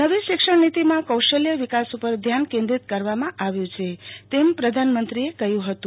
નવી શિક્ષણ નીતિમાં કૌશલ્ય વિકાસ ઉપર ધ્યાન કેન્દ્રિત કરવામાં આવ્યું છે તેમ પ્રધાનમંત્રીએ કહ્યું હતું